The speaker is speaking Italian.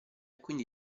quindi